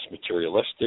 materialistic